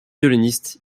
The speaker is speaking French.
violonistes